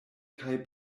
kaj